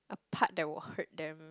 a part that will hurt them